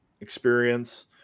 experience